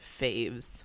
faves